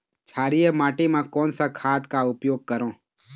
क्षारीय माटी मा कोन सा खाद का उपयोग करों?